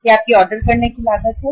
यह आपकी ऑर्डर करने की लागत है